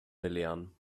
belehren